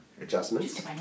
adjustments